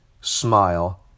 smile